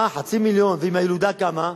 אה, חצי מיליון, ועם הילודה כמה?